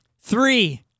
Three